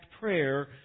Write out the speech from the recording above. prayer